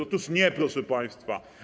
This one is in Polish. Otóż nie, proszę państwa.